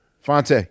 Fonte